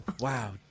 Wow